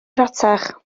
rhatach